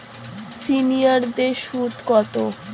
সিনিয়ারদের সুদ কত?